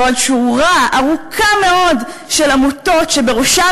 ועוד שורה ארוכה מאוד של עמותות שבראשן